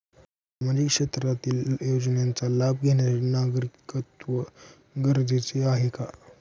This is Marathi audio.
सामाजिक क्षेत्रातील योजनेचा लाभ घेण्यासाठी नागरिकत्व गरजेचे आहे का?